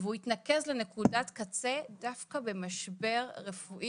והוא התנקז לנקודת קצה דווקא במשבר רפואי